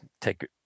take